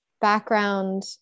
background